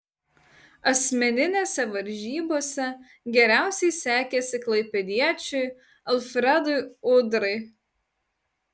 asmeninėse varžybose geriausiai sekėsi klaipėdiečiui alfredui udrai